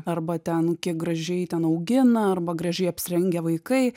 arba ten kiek gražiai ten augina arba gražiai apsirengę vaikai